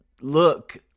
look